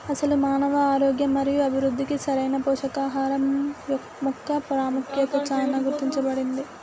అసలు మానవ ఆరోగ్యం మరియు అభివృద్ధికి సరైన పోషకాహరం మొక్క పాముఖ్యత చానా గుర్తించబడింది